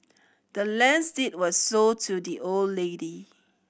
the land's deed was sold to the old lady